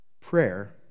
Prayer